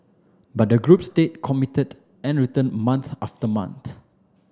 but the group stayed committed and returned month after month